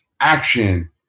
action